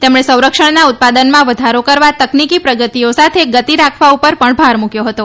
તેમણે સંરક્ષણના ઉત્પાદનમાં વધારો કરવા તકનીકી પ્રગતિઓ સાથે ગતિ રાખવા ઉપર પણ ભાર મૂક્વો હતો